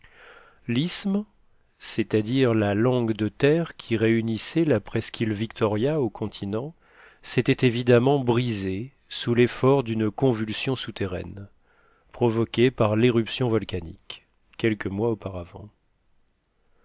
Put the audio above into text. l'isthme c'est-à-dire la langue de terre qui réunissait la presqu'île victoria au continent s'était évidemment brisé sous l'effort d'une convulsion souterraine provoquée par l'éruption volcanique quelques mois auparavant